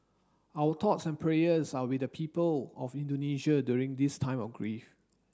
our thoughts and prayers are with the people of Indonesia during this time of grief